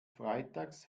freitags